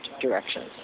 directions